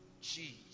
Jesus